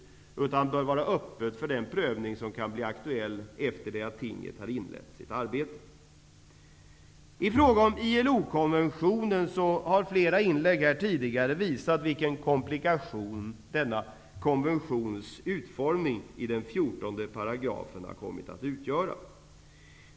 Man bör i stället vara öppen för den prövning som kan bli aktuell efter det att tinget har inlett sitt arbete. I fråga om ILO-konventionen har flera tidigare inlägg i debatten visat vilken komplikation utformningen av 14 § kommit att utgöra.